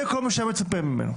זה כל מה שהיה מצופה ממנו.